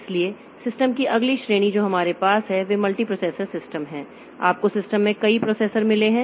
इसलिए सिस्टम की अगली श्रेणी जो हमारे पास है वे मल्टीप्रोसेसर सिस्टम हैं आपको सिस्टम में कई प्रोसेसर मिले हैं